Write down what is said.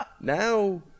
now